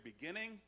beginning